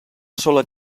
sola